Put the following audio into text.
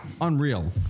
unreal